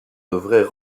devrait